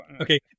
Okay